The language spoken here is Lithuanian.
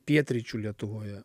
pietryčių lietuvoje